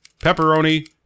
pepperoni